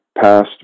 past